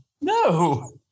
no